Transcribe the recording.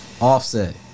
Offset